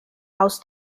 aus